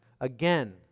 Again